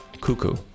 cuckoo